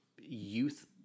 youth